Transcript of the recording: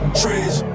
trees